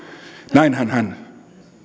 näinhän hän